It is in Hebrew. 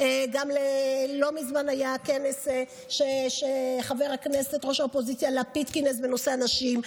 לא מזמן היה כנס שחבר הכנסת ראש האופוזיציה לפיד כינס בנושא הנשים,